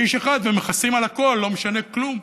כאיש אחד, ומכסים על הכול, לא משנה כלום.